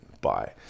bye